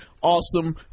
awesome